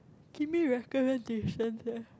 give me recommendations leh